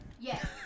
Yes